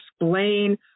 explain